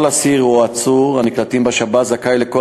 כל אסיר או עצור הנקלטים בשב"ס זכאי לכל